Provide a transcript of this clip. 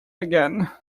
again